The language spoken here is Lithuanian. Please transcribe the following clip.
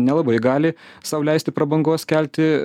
nelabai gali sau leisti prabangos kelti